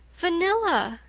vanilla,